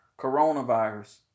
coronavirus